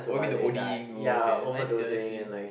what you mean the O_Ding oh okay I see I see